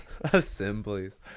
assemblies